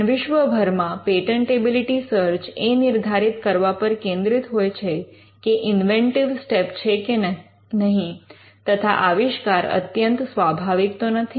પણ વિશ્વભરમાં patentability search એ નિર્ધારિત કરવા પર કેન્દ્રિત હોય છે કે ઇન્વેન્ટિવ સ્ટેપ છે કે નહીં તથા આવિષ્કાર અત્યંત સ્વાભાવિક તો નથી